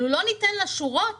לא ניתן לשורות